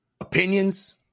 opinions